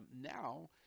now